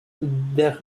der